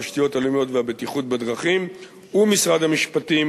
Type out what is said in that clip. התשתיות הלאומיות והבטיחות בדרכים ומשרד המשפטים,